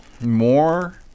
more